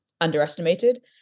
underestimated